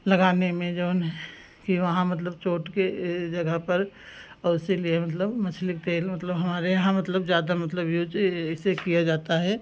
लगाने में जऊन है कि वहाँ मतलब चोट के जगह पर उसीलिए मतलब मछली के तेल मतलब हमारे यहाँ मतलब ज़्यादा मतलब जो चीज़ ऐसे किया जाता है